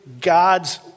God's